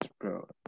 bro